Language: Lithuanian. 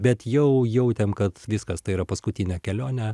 bet jau jautėm kad viskas tai yra paskutinė kelionė